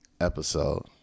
episode